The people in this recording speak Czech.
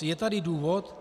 Je tady důvod?